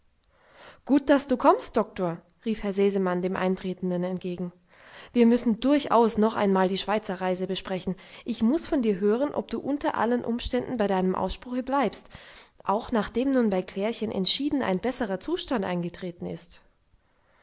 gut daß du kommst doktor rief herr sesemann dem eintretenden entgegen wir müssen durchaus noch einmal die schweizerreise besprechen ich muß von dir hören ob du unter allen umständen bei deinem ausspruche bleibst auch nachdem nun bei klärchen entschieden ein besserer zustand eingetreten ist